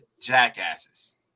jackasses